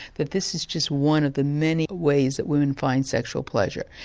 that this is just one of the many ways that women find sexual pleasure.